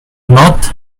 not